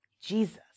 Jesus